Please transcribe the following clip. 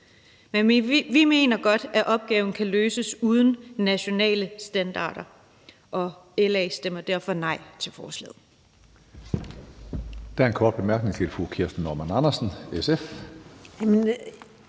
Men vi mener godt, at opgaven kan løses uden nationale standarder, og LA stemmer derfor nej til forslaget.